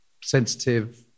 sensitive